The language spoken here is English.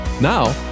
Now